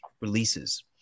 releases